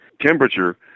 temperature